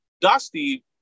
dusty